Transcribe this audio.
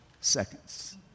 seconds